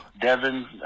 Devin